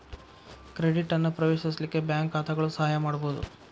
credit ಅನ್ನ ಪ್ರವೇಶಿಸಲಿಕ್ಕೆ bank ಖಾತಾಗಳು ಸಹಾಯ ಮಾಡ್ಬಹುದು